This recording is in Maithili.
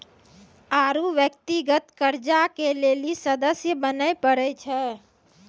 आरु व्यक्तिगत कर्जा के लेली सदस्य बने परै छै